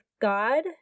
God